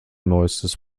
neuestes